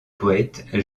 poète